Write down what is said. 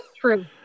True